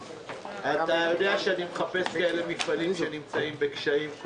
אתה יודע שאני כל הזמן מחפש מפעלים שנמצאים בקשיים.